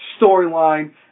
storyline